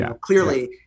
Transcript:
Clearly